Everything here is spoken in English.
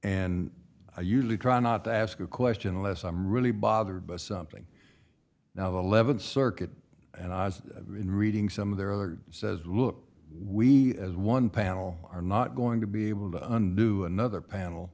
and i usually try not to ask a question unless i'm really bothered by something now the eleventh circuit and i was in reading some of their other says look we as one panel are not going to be able to undo another panel